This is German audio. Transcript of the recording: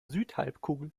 südhalbkugel